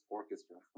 orchestra